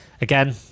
again